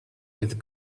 with